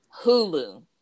Hulu